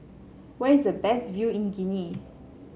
where is the best view in Guinea